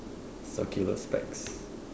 circular specs